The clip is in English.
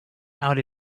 out